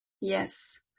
Yes